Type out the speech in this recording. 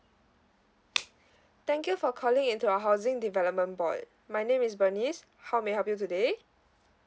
thank you for calling into our housing development board my name is bernice how may I help you today